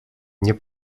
nie